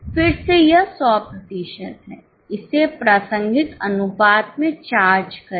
फिर से यह 100 प्रतिशत है इसे प्रासंगिक अनुपात में चार्ज करें